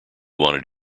wanted